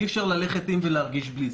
אי אפשר ללכת עם ולהרגיש בלי,